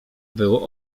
było